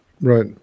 Right